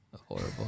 Horrible